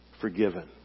forgiven